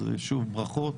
ברכות,